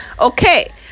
okay